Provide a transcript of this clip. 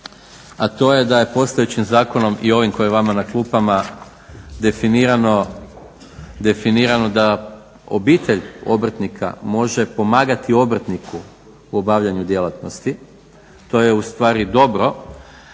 a to je da postojećim zakonom i ovim koji je vama na klupama definirano da obitelj obrtnika može pomagati obrtniku u obavljanju djelatnosti. To je ustvari dobro